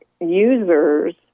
users